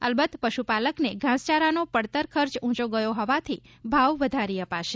અલબત પશુપાલકને ઘાસચારાનો પડતર ખર્ચ ઉંચો ગયો હોવાથી ભાવવધારી અપાશે